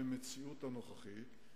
במציאות הנוכחית,